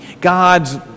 God's